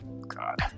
God